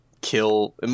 kill